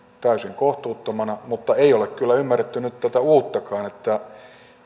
täysin kohtuuttomana mutta ei ole kyllä ymmärretty nyt tätä uuttakaan että